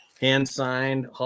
hand-signed